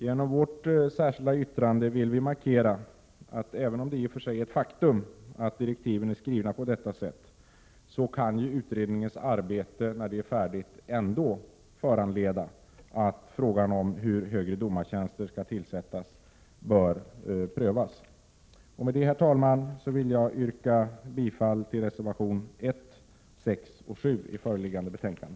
Genom vårt särskilda yttrande vill vi markera att vi — även om det i och för sig är ett faktum att direktiven är skrivna på detta sätt — anser att utredningens arbete, när det är färdigt, ändå kan föranleda att frågan, hur högre domartjänster skall tillsättas, prövas. Med det, herr talman, vill jag yrka bifall till reservation 1, 6 och 7 i föreliggande betänkande.